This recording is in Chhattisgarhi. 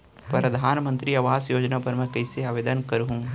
परधानमंतरी आवास योजना बर मैं कइसे आवेदन करहूँ?